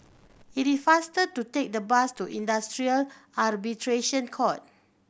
it is faster to take the bus to Industrial Arbitration Court